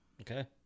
Okay